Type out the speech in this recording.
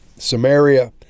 Samaria